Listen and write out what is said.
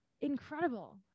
incredible